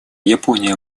япония